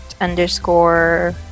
underscore